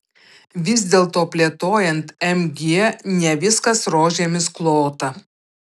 vis dėlto plėtojant mg ne viskas rožėmis klota